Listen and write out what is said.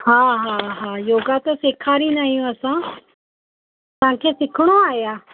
हा हा हा योगा त सेखारींदा आहियूं असां तव्हांखे सिखणो आहे छा